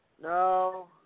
No